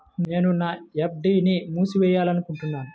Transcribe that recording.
నేను నా ఎఫ్.డీ ని మూసివేయాలనుకుంటున్నాను